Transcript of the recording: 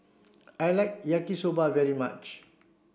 I like Yaki Soba very much